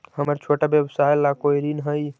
हमर छोटा व्यवसाय ला कोई ऋण हई?